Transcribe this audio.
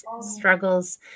struggles